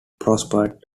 prospered